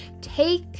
take